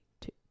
two